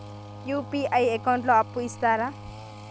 UPI account లో అప్పు ఇస్తరా?